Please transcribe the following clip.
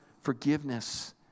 forgiveness